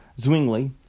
Zwingli